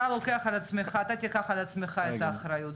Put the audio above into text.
כלומר אתה תיקח על עצמך את האחריות,